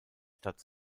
stadt